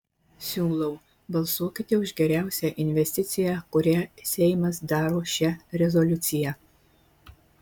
siūlau balsuokite už geriausią investiciją kurią seimas daro šia rezoliucija